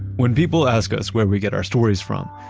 when people ask us where we get our stories from,